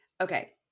Okay